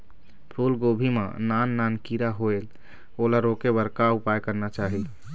फूलगोभी मां नान नान किरा होयेल ओला रोके बर का उपाय करना चाही?